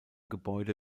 gebäude